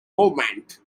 movements